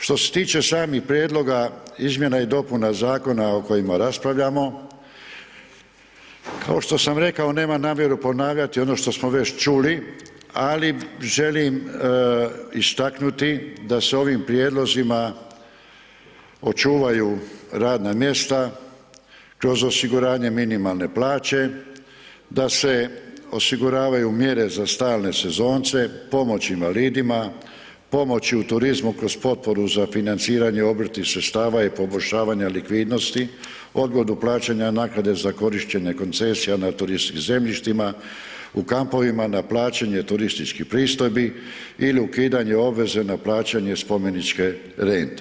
Što se tiče samih prijedloga izmjena i dopuna zakona o kojima raspravljamo kao što sam rekao nemam namjeru ponavljati ono što smo već čuli, ali želim istaknuti da se ovim prijedlozima očuvaju radna mjesta kroz osiguranje minimalne plaće, da se osiguravaju mjere za stalne sezonce, pomoć invalidima, pomoći u turizmu kroz potporu za financiranje obrtnih sredstava i poboljšavanje likvidnosti, odgodu plaćanja naknade za korištenje koncesija na turističkim zemljištima, u kampovima na plaćanje turističkih pristojbi ili ukidanje obveze na plaćanje spomeničke rente.